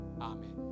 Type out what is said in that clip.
Amen